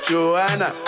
Joanna